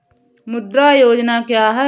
मुद्रा योजना क्या है?